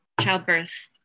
childbirth